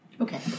Okay